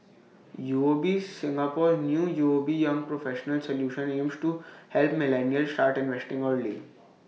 U O B Singapore's new U O B young professionals solution aims to help millennials start investing early